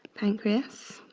pancreas